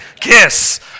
kiss